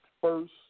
First